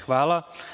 Hvala.